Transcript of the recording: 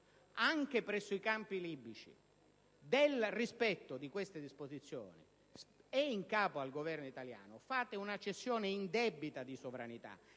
anche presso i campi libici del rispetto di tali disposizioni è in capo al Governo italiano fate una cessione indebita di sovranità